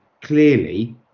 clearly